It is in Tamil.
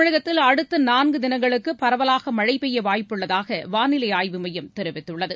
தமிழகத்தில் அடுத்த நான்கு தினங்களுக்கு பரவலாக மழை பெய்ய வாய்ப்புள்ளதாக வானிலை ஆய்வுமையம் தெரிவித்துள்ளது